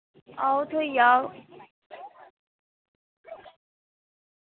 आओ थोई जाग